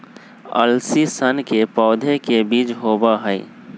अलसी सन के पौधे के बीज होबा हई